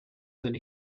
than